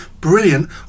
brilliant